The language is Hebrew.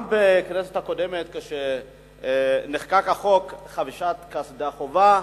גם בכנסת הקודמת, כשנחקק חוק חבישת קסדה חובה,